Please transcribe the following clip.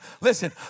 Listen